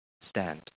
stand